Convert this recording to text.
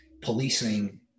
policing